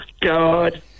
God